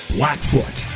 Blackfoot